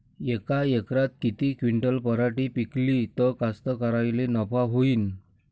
यका एकरात किती क्विंटल पराटी पिकली त कास्तकाराइले नफा होईन?